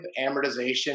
amortization